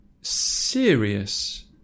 serious